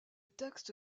texte